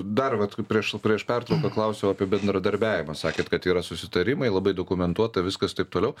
dar vat prieš prieš pertrauką klausiau apie bendradarbiavimą sakėt kad yra susitarimai labai dokumentuota viskas taip toliau